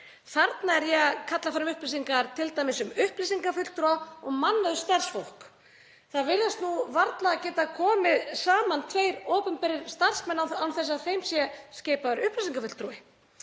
Þarna er ég að kalla fram upplýsingar um t.d. upplýsingafulltrúa og mannauðsstarfsfólk. Það virðast nú varla geta komið saman tveir opinberir starfsmenn án þess að þeim sé skipaður upplýsingafulltrúi.